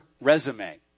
resume